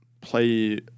play